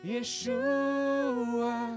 Yeshua